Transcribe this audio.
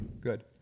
Good